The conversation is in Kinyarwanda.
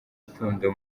urukundo